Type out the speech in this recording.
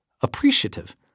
appreciative